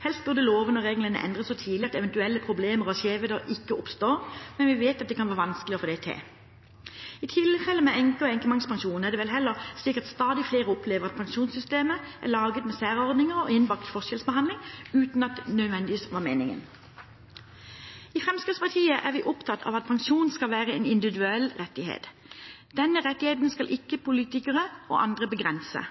Helst burde lovene og reglene endres så tidlig at eventuelle problemer og skjevheter ikke oppstår, men vi vet at det kan være vanskelig å få det til. I tilfellet med enke- og enkemannspensjon er det vel heller slik at stadig flere opplever at pensjonssystemet er laget med særordninger og innbakt forskjellsbehandling, uten at det nødvendigvis var meningen. I Fremskrittspartiet er vi opptatt av at pensjonen skal være en individuell rettighet. Denne rettigheten skal ikke politikere og andre begrense.